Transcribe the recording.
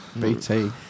BT